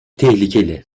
tehlikeli